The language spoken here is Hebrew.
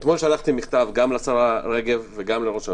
אתמול שלחתי מכתב לשרה רגב ולראש הממשלה.